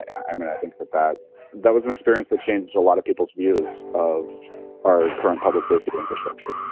i mean, i think that that that was an experience that changed a lot of people's views of our current public safety infrastructure